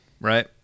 right